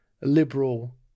liberal